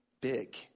big